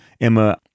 Emma